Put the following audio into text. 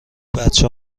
بچه